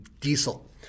diesel